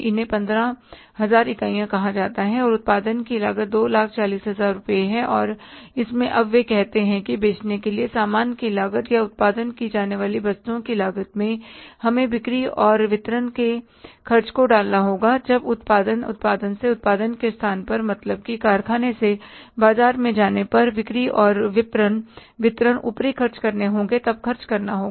इन्हें 15000 इकाइयां कहा जाता है और उत्पादन की लागत 240000 रुपये है और इसमें अब वे कहते हैं कि बेचने के लिए सामान की लागत या उत्पादन की जाने वाली वस्तुओं की लागत में हमें बिक्री और वितरण के खर्च को डालना होगा जब उत्पादन उत्पादन से उत्पादन के स्थान परमतलब कि कारखाने से बाजार में जाने पर बिक्री और वितरण ऊपरी खर्चे करने होंगे तब खर्च करना होगा